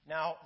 Now